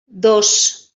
dos